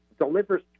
delivers